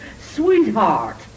sweetheart